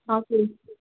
ହଁ କି